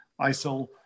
ISIL